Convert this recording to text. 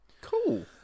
Cool